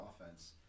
offense